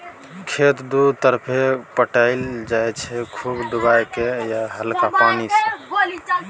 खेत दु तरहे पटाएल जाइ छै खुब डुबाए केँ या हल्का पानि सँ